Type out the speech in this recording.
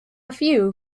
few